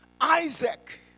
Isaac